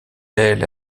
elle